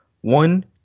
one